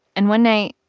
and one night,